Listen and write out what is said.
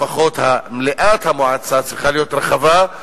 לפחות מליאת המועצה צריכה להיות רחבה,